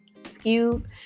excuse